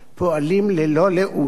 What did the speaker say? פועלים ללא לאות